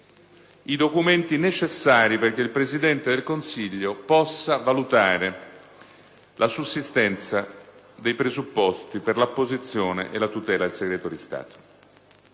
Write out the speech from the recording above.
i documenti necessari perché il Presidente del Consiglio possa valutare la sussistenza dei presupposti per l'apposizione e la tutela del segreto di Stato.